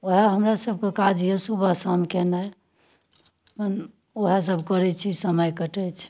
ओएह हमरा सबके काज यऽ सुबह शाम केनाइ ओएह सब करै छी समय काटै छी